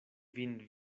vin